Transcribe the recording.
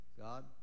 God